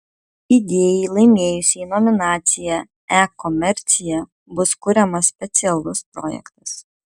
idėjai laimėjusiai nominaciją e komercija bus kuriamas specialus projektas